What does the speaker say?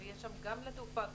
ויש שם גם שדות לתעופה הכללית.